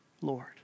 Lord